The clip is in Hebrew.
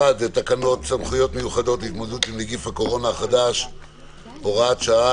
1. תקנות סמכויות מיוחדות להתמודדות עם נגיף הקורונה החדש (הוראת שעה)